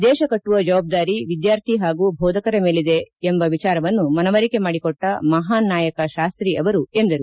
ದೇಶ ಕಟ್ಟುವ ಜವಾಬ್ದಾರಿ ವಿದ್ಯಾರ್ಥಿ ಹಾಗೂ ಬೋಧಕರ ಮೇಲಿದೆ ಎಂಬುದನ್ನು ಮನವರಿಕೆ ಮಾಡಿಕೊಟ್ಟ ಮಹಾನ್ ನಾಯಕ ಶಾಸ್ತ್ರಿ ಅವರು ಎಂದರು